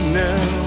now